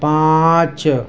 پانچ